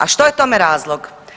A što je tome razlog?